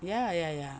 ya ya ya